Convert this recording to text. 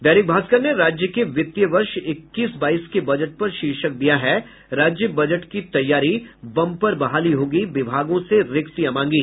दैनिक भास्कर ने राज्य के वित्तीय वर्ष इक्कीस बाईस के बजट पर शीर्षक दिया है राज्य बजट की तैयारी बम्पर बहाली होगी विभागों से रिक्तियां मांगी